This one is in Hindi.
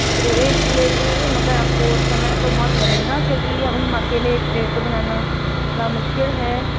तो एक प्लेट में भी मगर आपको समय तो बहुत लगेगा क्योंकि ये अब हम अकेले एक प्लेट तो बनाना ना मुश्किल है